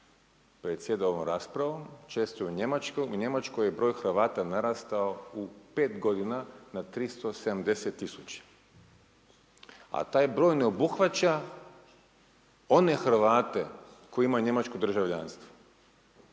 predsjeda ovom raspravom, često je u Njemačkoj i u Njemačkoj je broj Hrvata narastao u 5 godina na 370 tisuća. A taj broj ne obuhvaća one Hrvate koji imaju njemačko državljanstvo,